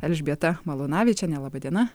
elžbieta malūnavičiene laba diena